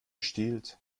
stiehlt